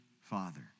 father